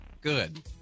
Good